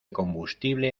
combustible